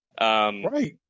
Right